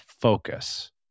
focus